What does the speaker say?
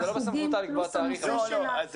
זה החוגים פלוס הנושא --- זה